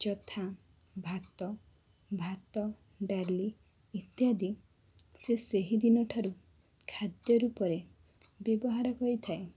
ଯଥା ଭାତ ଭାତ ଡ଼ାଲି ଇତ୍ୟାଦି ସେ ସେହିଦିନଠାରୁ ଖାଦ୍ୟରୂପରେ ବ୍ୟବହାର ହୋଇଥାଏ